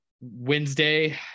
Wednesday